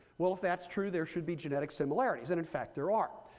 well, if that's true, there should be genetic similarities. and in fact, there are.